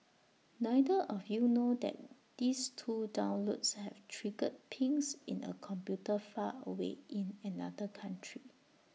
neither of you know that these two downloads have triggered pings in A computer far away in another country